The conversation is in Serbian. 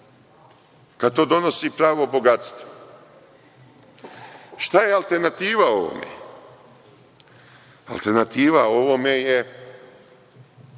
kada to donosi pravo bogatstvo? Šta je alternativa ovome? Alternativa ovome je